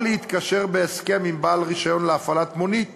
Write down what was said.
או להתקשר בהסכם עם בעל רישיון להפעלת מונית